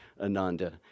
Ananda